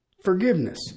Forgiveness